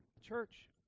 Church